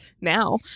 now